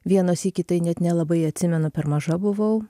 vieną sykį tai net nelabai atsimenu per maža buvau